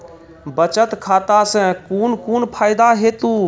बचत खाता सऽ कून कून फायदा हेतु?